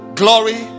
glory